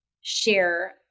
share